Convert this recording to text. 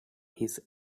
his